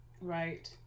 right